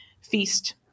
feast